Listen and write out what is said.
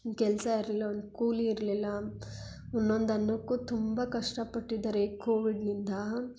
ಕೆಲಸ ಇರಲಿಲ್ಲ ಒಂದು ಕೂಲಿ ಇರಲಿಲ್ಲ ಒಂದೊಂದು ಅನ್ನಕ್ಕೂ ತುಂಬ ಕಷ್ಟಪಟ್ಟಿದ್ದಾರೆ ಈ ಕೋವಿಡ್ನಿಂದ